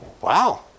Wow